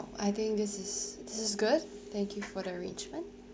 I think this is this is good thank you for the arrangement